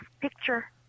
picture